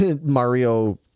Mario